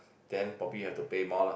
then probably you have to pay more lah